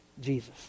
Jesus